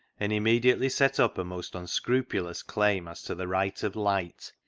and immediately set up a most unscrupulous claim as to the right of light,